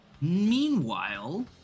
Meanwhile